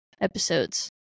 episodes